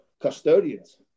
custodians